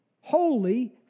holy